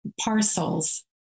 parcels